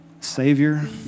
Savior